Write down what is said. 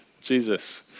Jesus